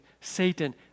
Satan